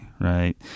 right